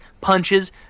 punches